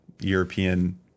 european